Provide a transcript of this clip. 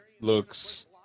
looks